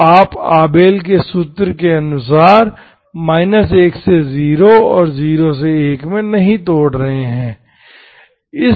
तो आप आबेल के सूत्र के अनुसार 1 से 0 और 0 से 1 में नहीं तोड़ रहे हैं